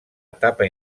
etapa